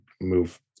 move